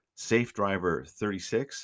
safedriver36